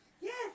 Yes